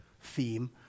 theme